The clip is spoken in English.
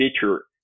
feature